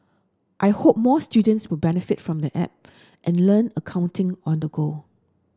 I hope more students will benefit from the app and learn accounting on the go